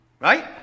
Right